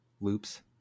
loops